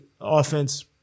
offense